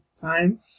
Time